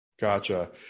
Gotcha